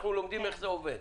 אנחנו לומדים איך זה עובד.